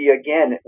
again